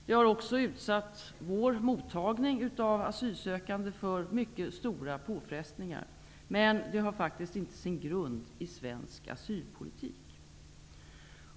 Det har också utsatt vår mottagning av asylsökande för mycket stora påfrestningar, men det har faktiskt inte sin grund i svensk asylpolitik.